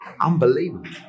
unbelievable